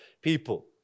people